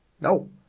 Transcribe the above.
No